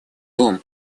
том